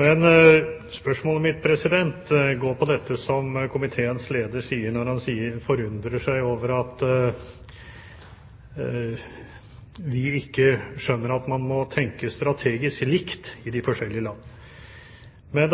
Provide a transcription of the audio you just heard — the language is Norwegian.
Men det er